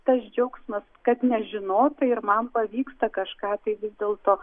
tas džiaugsmas kad nežinota ir man pavyksta kažką tai vis dėlto